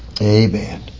Amen